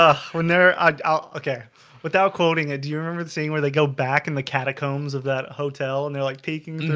ah when they're ah ah okay without quoting i do you remember the saying where they go back in the catacombs of that hotel and they're like peeking